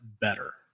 better